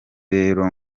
rero